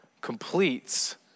completes